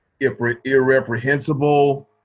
irreprehensible